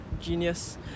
genius